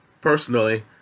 personally